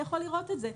יכול לראות את זה.